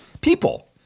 people